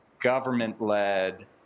government-led